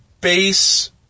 base